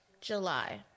July